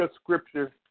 scripture